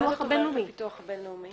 מה מוגדר כפיתוח הבין-לאומי?